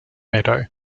meadow